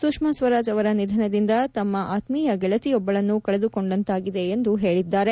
ಸುಷ್ಮಾ ಸ್ವರಾಜ್ ಅವರ ನಿಧನದಿಂದ ತಮ್ಮ ಆತ್ಮೀಯ ಗೆಳತಿಯೊಬ್ಬಳನ್ನು ಕಳೆದುಕೊಂಡಂತಾಗಿದೆ ಎಂದು ಹೇಳಿದ್ದಾರೆ